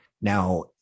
Now